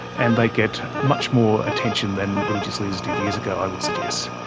and they get much more attention than religious leaders did years ago i would suggest.